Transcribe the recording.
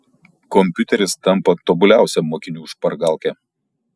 kompiuteris tampa tobuliausia mokinių špargalke